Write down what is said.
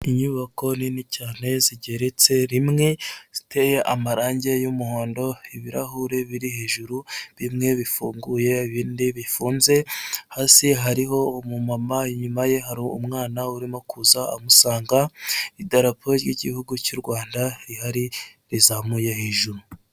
Inyubako nini cyane zigeretse rimwe ziteye amarangi y'umuhondo, ibirahure biri hejuru bimwe bifunguye bine bifunze hasi hariho umumama, inyuma ye hari umwana urimo kuza amusanga, idarapo ry'igihugu cy'u Rwanda rihari rizamuye hejuru.